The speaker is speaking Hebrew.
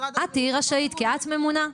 את תהיי רשאית כי את ממונה,